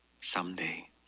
Someday